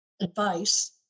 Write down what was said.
advice